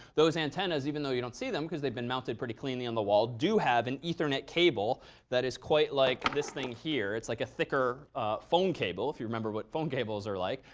those antennas even though you don't see them, because they've been mounted pretty cleanly on the wall do have an ethernet cable that is quite like this thing here. it's like a thicker phone cable, if you remember what phone cables are like.